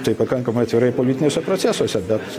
taip pakankamai atvirai politiniuose procesuose bet